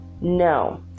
no